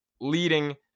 leading